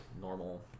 normal